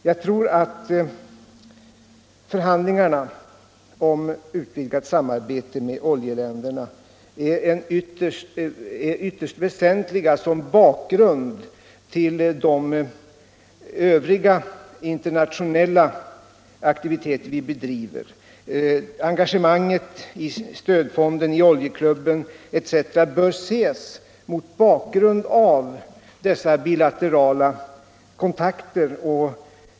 Jag tror att förhandlingarna = Utrikes-, handels med oljeländerna om utvidgat samarbete är ytterst väsentliga med hänsyn = och valutapolitisk till övriga internationella aktiviteter vi bedriver. Engagemanget i stöd — debatt fonden, i oljeklubben etc. bör ses mot bakgrund av dessa bilaterala kon takter.